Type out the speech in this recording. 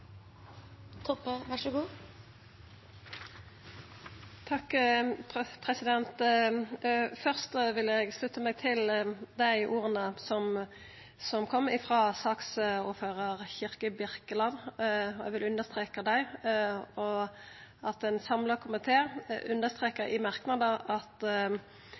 Først vil eg slutta meg til dei orda som kom frå saksordføraren, Kirkebirkeland, og eg vil understreka dei. Ein samla komité understrekar i merknader at